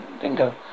Dingo